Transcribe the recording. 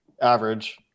average